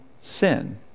sin